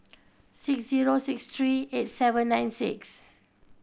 six zero six three eight seven nine six